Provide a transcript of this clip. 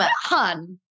hun